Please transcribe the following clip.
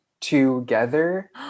together